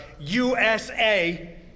USA